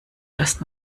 das